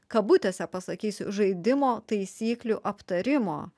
kabutėse pasakysiu žaidimo taisyklių aptarimo